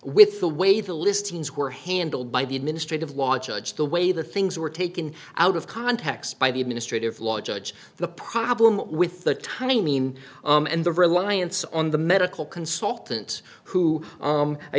with the way the listings were handled by the administrative law judge the way the things were taken out of context by the administrative law judge the problem with the tiny mean and the reliance on the medical consultant who